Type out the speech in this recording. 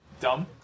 Dumb